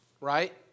Right